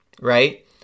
right